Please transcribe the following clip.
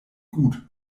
gut